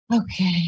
Okay